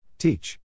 Teach